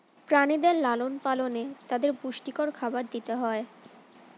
প্রাণীদের লালন পালনে তাদের পুষ্টিকর খাবার দিতে হয়